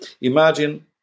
imagine